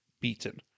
beaten